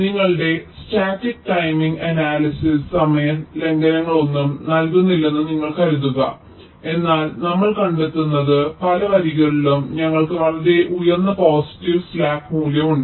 നിങ്ങളുടെ static timing analysis സമയ ലംഘനങ്ങളൊന്നും നൽകുന്നില്ലെന്ന് നിങ്ങൾ കരുതുക എന്നാൽ നമ്മൾ കണ്ടെത്തുന്നത് പല വരികളിലും ഞങ്ങൾക്ക് വളരെ ഉയർന്ന പോസിറ്റീവ് സ്ലാക്ക് മൂല്യമുണ്ട്